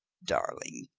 darling,